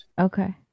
Okay